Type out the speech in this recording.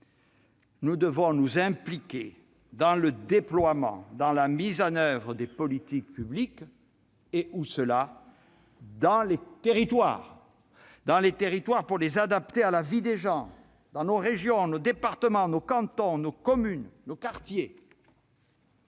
Nous devons nous impliquer dans le déploiement, dans la mise en oeuvre des politiques publiques au sein des territoires, pour les adapter à la vie des gens dans nos régions, nos départements, nos cantons, nos communes et nos quartiers.